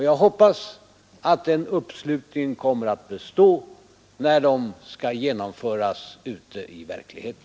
Jag hoppas att den uppslutningen kommer att bestå när förslagen skall genomföras ute i verkligheten.